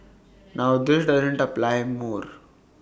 now this doesn't apply more